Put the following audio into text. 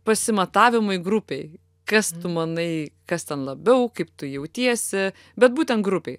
pasimatavimai grupėj kas tu manai kas ten labiau kaip tu jautiesi bet būtent grupėj